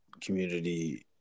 community